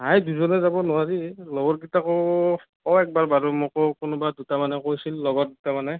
নাই পিছবেলা যাব নোৱাৰি লগৰকেইটাকো কওঁ এবাৰ বাৰু মোকো কোনোবা দুটামানে কৈছিল লগত তাৰমানে